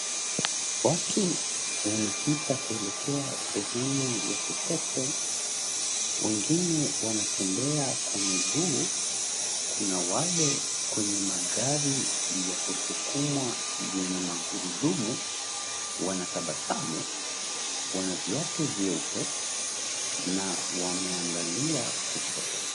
Watu wanapita kuelekea sehemu ya kushoto, wengine wanatembea kwa miguu, kuna wale kwenye magari ya kusukumwa yenye magurudumu, wanatabasamu, wana viatu vyeupe, na wameangalia kushoto.